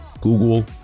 Google